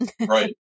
Right